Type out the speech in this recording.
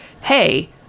hey